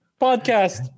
podcast